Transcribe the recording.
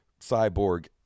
cyborg –